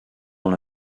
dans